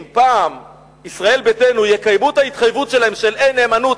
אם פעם ישראל ביתנו יקיימו את ההתחייבות שלהם של "אין נאמנות,